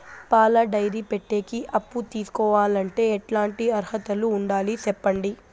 పాల డైరీ పెట్టేకి అప్పు తీసుకోవాలంటే ఎట్లాంటి అర్హతలు ఉండాలి సెప్పండి?